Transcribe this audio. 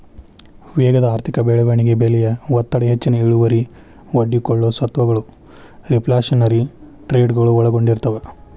ವೇಗದ ಆರ್ಥಿಕ ಬೆಳವಣಿಗೆ ಬೆಲೆಯ ಒತ್ತಡ ಹೆಚ್ಚಿನ ಇಳುವರಿಗೆ ಒಡ್ಡಿಕೊಳ್ಳೊ ಸ್ವತ್ತಗಳು ರಿಫ್ಲ್ಯಾಶನರಿ ಟ್ರೇಡಗಳು ಒಳಗೊಂಡಿರ್ತವ